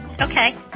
Okay